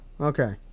okay